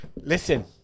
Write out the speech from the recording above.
Listen